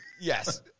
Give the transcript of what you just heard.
Yes